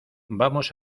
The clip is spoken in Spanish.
vamos